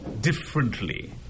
differently